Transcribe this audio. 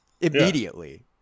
Immediately